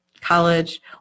college